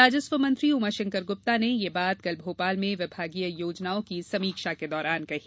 राजस्व मंत्री उमाशंकर गुप्ता ने यह बात कल भोपाल में विभागीय योजनाओं की समीक्षा में कही